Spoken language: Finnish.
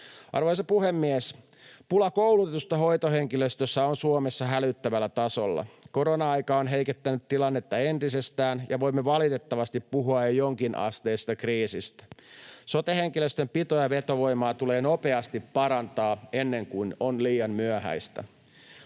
Arvoisa puhemies! Pula koulutetusta hoitohenkilöstöstä on Suomessa hälyttävällä tasolla. Korona-aika on heikentänyt tilannetta entisestään, ja voimme valitettavasti puhua jo jonkinasteisesta kriisistä. Sote-henkilöstön pito- ja vetovoimaa tulee nopeasti parantaa ennen kuin on liian myöhäistä.